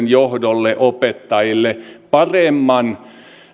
johdolle opettajille paremman